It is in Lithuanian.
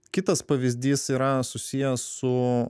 kitas pavyzdys yra susijęs su